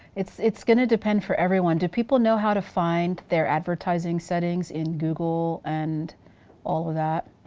it's it's gonna depend for everyone. do people know how to find their advertising settings in google and all that?